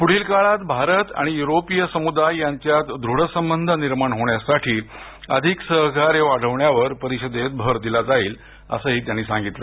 पुढील काळात भारत आणि युरोपीय समुदाय यांच्यात दृढ संबंध निर्माण होण्यासाठी अधिक सहकार्य वाढवण्यावर या परिषदेत भर दिला जाईल असंही त्यांनी सांगितलं